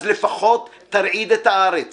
אז לפחות תרעיד את הארץ